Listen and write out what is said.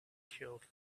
killed